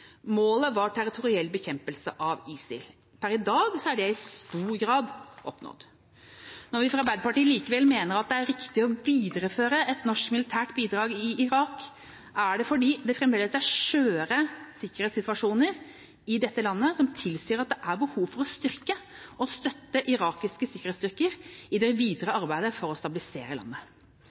Målet var territoriell bekjempelse av ISIL. Per i dag er det i stor grad oppnådd. Når vi fra Arbeiderpartiets side likevel mener at det er riktig å videreføre et norsk militært bidrag i Irak, er det fordi det fremdeles er skjøre sikkerhetssituasjoner i dette landet som tilsier at det er behov for å styrke og støtte irakiske sikkerhetsstyrker i det videre arbeidet for å stabilisere landet.